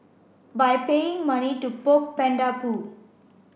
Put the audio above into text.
by paying money to poke panda poo